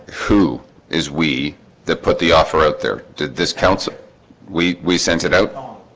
who is we that put the offer out there? did this council we we sent it out? um